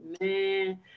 man